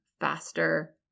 faster